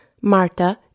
Marta